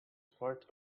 part